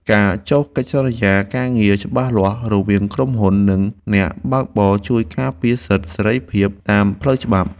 ការចុះកិច្ចសន្យាការងារច្បាស់លាស់រវាងក្រុមហ៊ុន និងអ្នកបើកបរជួយការពារសិទ្ធិសេរីភាពតាមផ្លូវច្បាប់។